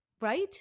Right